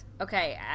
Okay